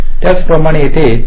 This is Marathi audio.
त्याचप्रमाणे येथे 5